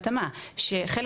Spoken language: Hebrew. חייבים להגן בחוקים,